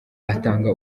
atanga